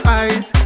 eyes